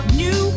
new